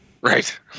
Right